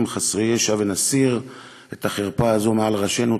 חסרי הישע ונסיר את החרפה הזאת מעל ראשנו.